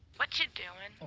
whatcha doin'